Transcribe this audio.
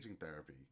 therapy